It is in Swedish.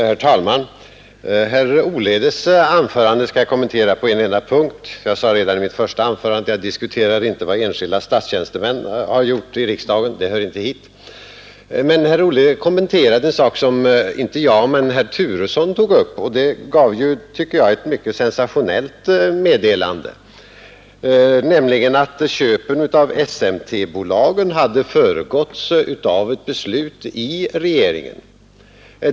Herr talman! Herr Olhedes anförande skall jag kommentera på en enda punkt. Jag sade redan i mitt första anförande att jag inte diskuterar i riksdagen vad enskilda statstjänstemän har gjort, ty det hör inte hit. Men herr Olhede kommenterade en sak som inte jag men herr Turesson tagit upp, och det gav, tycker jag, ett mycket sensationellt meddelande, nämligen att köpen av SMT-bolagen hade föregåtts av ett beslut i regeringen.